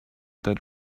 that